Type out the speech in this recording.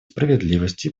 справедливости